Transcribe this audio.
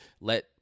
let